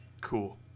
cool